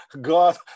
God